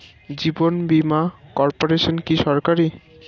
জীবন বীমা কর্পোরেশন কি সরকারি?